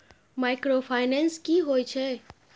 Microfinance की होय छै?